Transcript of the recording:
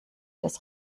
das